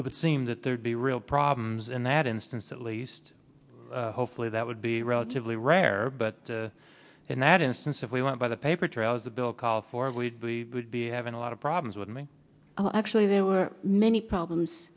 it would seem that there'd be real problems in that instance at least hopefully that would be relatively rare but in that instance if we want by the paper trails the bill calls for we would be having a lot of problems with me oh actually there were many problems